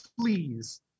please